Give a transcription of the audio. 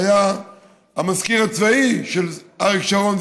שהיה המזכיר הצבאי של אריק שרון,